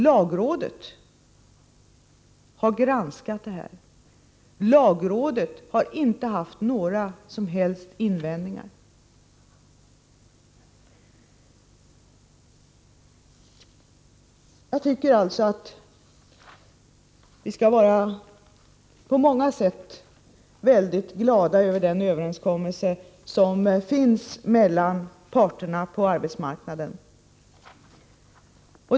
Lagrådet har gjort en granskning och har inte haft några som helst invändningar. Vi skall på många sätt vara mycket glada över denna överenskommelse mellan parterna på arbetsmarknaden.